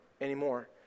anymore